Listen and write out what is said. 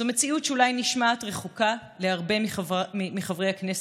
זו מציאות שאולי נשמעת רחוקה להרבה מחברי הכנסת,